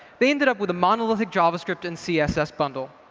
they ended up with a monolithic javascript and css bundle.